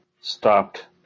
stopped